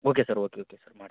okay sir okay okay sir ಮಾಡ್ತಿ